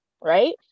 right